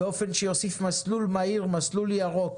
באופן שיוסיף מסלול מהיר, מסלול ירוק,